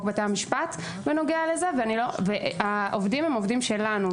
בתי-המשפט בנוגע לזה והעובדים הם עובדים שלנו.